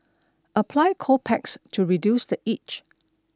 apply cold packs to reduce the itch